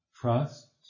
trust